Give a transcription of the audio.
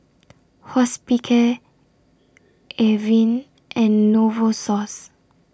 Hospicare Avene and Novosource